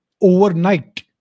overnight